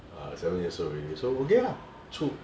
ah seven years old already so okay lah 出